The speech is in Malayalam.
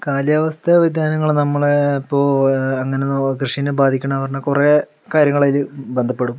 കാലാവസ്ഥ വിധാനങ്ങൾ നമ്മളെ ഇപ്പോൾ അങ്ങനെ കൃഷീനെ ബാധിക്കണതെന്നു പറഞ്ഞാൽ കുറേ കാര്യങ്ങൾ അതില് ബന്ധപ്പെടും